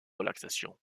relaxation